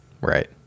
Right